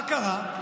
מה קרה?